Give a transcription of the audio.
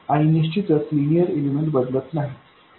आणि निश्चितच linear element बदलत नाहीत